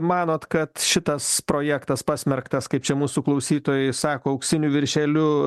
manot kad šitas projektas pasmerktas kaip čia mūsų klausytojai sako auksiniu viršeliu